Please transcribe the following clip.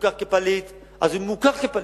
ומוכר כפליט, אז הוא מוכר כפליט.